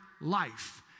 life